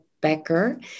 Becker